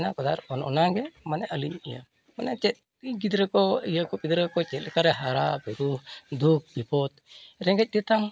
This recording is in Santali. ᱦᱮᱱᱟᱜ ᱠᱟᱫᱟ ᱟᱨ ᱚᱱ ᱚᱱᱟᱜᱮ ᱢᱟᱱᱮ ᱟᱞᱤᱧ ᱤᱭᱟᱹ ᱢᱟᱱᱮ ᱪᱮᱫ ᱤᱭᱟᱹ ᱜᱤᱫᱽᱨᱟᱹᱠᱚ ᱤᱭᱟᱹᱠᱚ ᱜᱤᱫᱽᱨᱟᱹᱠᱚ ᱪᱮᱫ ᱞᱮᱠᱟᱨᱮ ᱦᱟᱨᱟ ᱵᱩᱨᱩ ᱫᱩᱠ ᱵᱤᱯᱚᱫᱽ ᱨᱮᱸᱜᱮᱡ ᱛᱮᱛᱟᱝ